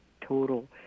total